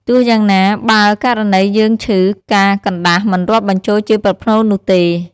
ទោះយ៉ាងណា បើករណីយើងឈឺ ការកណ្ដាស់មិនរាប់បញ្វូលជាប្រផ្នូលនោះទេ។